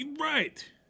Right